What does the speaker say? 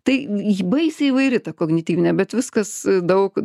tai ji baisiai įvairi tą kognityvinė bet viskas daug